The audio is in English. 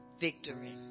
victory